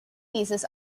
thesis